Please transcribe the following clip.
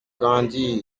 grandir